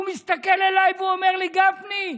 הוא מסתכל עליי והוא אומר לי: גפני,